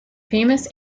famous